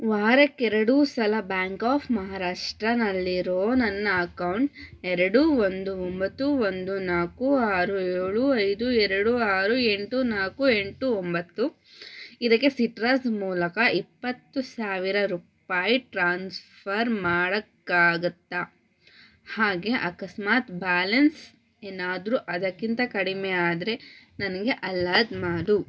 ವಾರಕ್ಕೆ ಎರಡೂ ಸಲ ಬ್ಯಾಂಕ್ ಆಫ್ ಮಹಾರಾಷ್ಟ್ರನಲ್ಲಿರೋ ನನ್ನ ಅಕೌಂಟ್ ಎರಡು ಒಂದು ಒಂಬತ್ತು ಒಂದು ನಾಲ್ಕು ಆರು ಏಳು ಐದು ಎರಡು ಆರು ಎಂಟು ನಾಲ್ಕು ಎಂಟು ಒಂಬತ್ತು ಇದಕ್ಕೆ ಸಿಟ್ರಸ್ ಮೂಲಕ ಇಪ್ಪತ್ತು ಸಾವಿರ ರೂಪಾಯಿ ಟ್ರಾನ್ಸ್ಫರ್ ಮಾಡೋಕ್ಕಾಗತ್ತಾ ಹಾಗೆ ಅಕಸ್ಮಾತ್ ಬ್ಯಾಲೆನ್ಸ್ ಏನಾದರೂ ಅದಕ್ಕಿಂತ ಕಡಿಮೆ ಆದರೆ ನನಗೆ ಅಲಟ್ ಮಾಡು